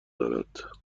دارد